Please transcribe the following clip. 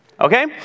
Okay